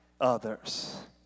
others